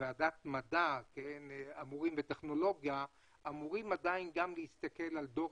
כוועדת מדע וטכנולוגיה אמורים עדיין להסתכל על דור